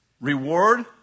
Reward